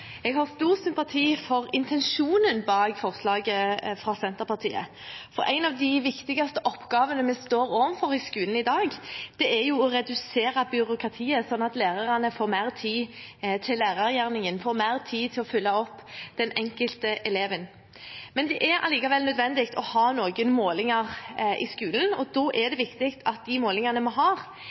Jeg har stor sympati for intensjonen bak forslaget fra Senterpartiet, for en av de viktigste oppgavene vi står overfor i skolen i dag, er jo å redusere byråkratiet sånn at lærerne får mer tid til lærergjerningen, får mer tid til å følge opp den enkelte eleven. Men det er likevel nødvendig å ha noen målinger i skolen, og da er det viktig at de målingene vi har,